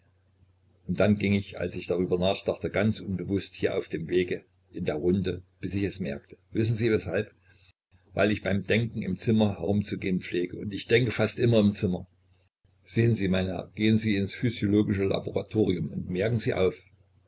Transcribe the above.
und dann ging ich als ich darüber nachdachte ganz unbewußt hier auf dem wege in der runde bis ich es merkte wissen sie weshalb weil ich beim denken im zimmer herumzugehen pflege und ich denke fast immer im zimmer sehen sie mein herr gehen sie ins physiologische laboratorium und merken sie auf